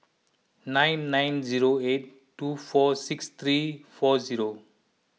nine nine zero eight two four six three four zero